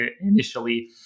initially